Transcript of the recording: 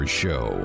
show